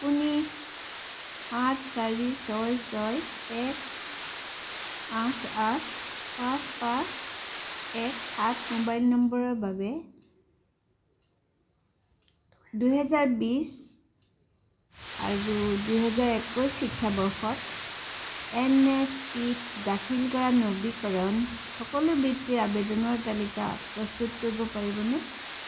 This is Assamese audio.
আপুনি সাত চাৰি ছয় ছয় এক আঠ আঠ পাঁচ পাঁচ এক সাত মোবাইল নম্বৰৰ বাবে দুহেজাৰ বিছ আৰু দুহেজাৰ একৈছ শিক্ষাবৰ্ষত এন এছ পি ত দাখিল কৰা নবীকৰণ সকলো বৃত্তিৰ আবেদনৰ তালিকা প্ৰস্তুত কৰিব পাৰিবনে